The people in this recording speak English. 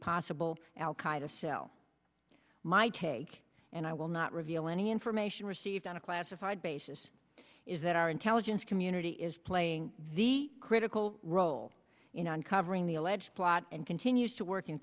possible al qaeda cell my take and i will not reveal any information received on a classified basis is that our intelligence community is playing the critical role in uncovering the alleged plot and continues to work in